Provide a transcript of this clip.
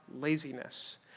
laziness